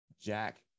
Jack